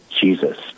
Jesus